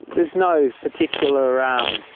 there's no particular, um